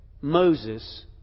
Moses